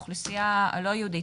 לאוכלוסייה הלא יהודית.